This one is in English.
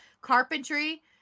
carpentry